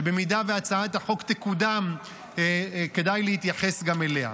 ובמידה שהצעת החוק תקודם כדאי להתייחס גם אליה.